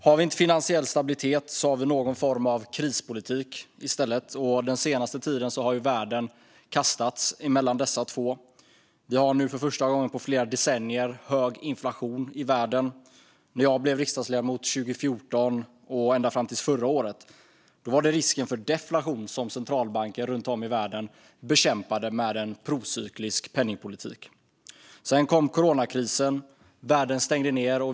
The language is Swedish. Har vi inte finansiell stabilitet har vi någon form av krispolitik i stället. Den senaste tiden har världen kastats mellan dessa två. Vi har nu för första gången på flera decennier hög inflation i världen. När jag blev riksdagsledamot 2014 och ända fram till förra året var det risken för deflation som centralbanker runt om i världen bekämpade med en procyklisk penningpolitik. Sedan kom coronakrisen, och världen stängde ned.